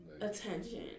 attention